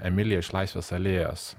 emilija iš laisvės alėjos